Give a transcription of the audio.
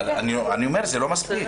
אבל אני אומר שזה לא מספיק.